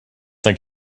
like